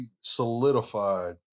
solidified